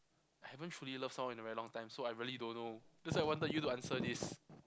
I haven't truly love someone in a really long time so I really don't know that's why I wanted you to answer this